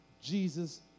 Jesus